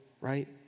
right